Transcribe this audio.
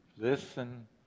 Listen